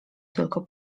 tylko